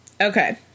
Okay